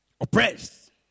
Oppressed